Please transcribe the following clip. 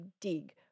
dig